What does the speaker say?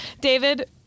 David